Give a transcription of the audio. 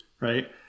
right